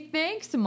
Thanks